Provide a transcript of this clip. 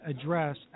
address